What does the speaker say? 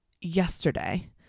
yesterday